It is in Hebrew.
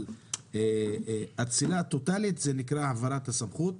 אבל אצילה טוטלית נקראת העברת הסמכות.